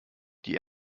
die